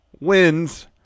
wins